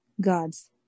gods